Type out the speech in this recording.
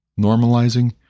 normalizing